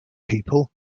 people